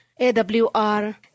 AWR